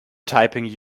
typing